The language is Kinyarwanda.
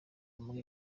ubumuga